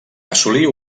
assolir